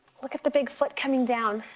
look at the big foot coming down.